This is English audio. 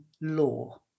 law